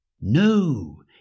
No